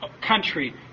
country